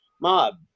mob